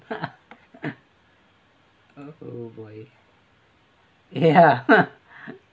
ah oh boy ya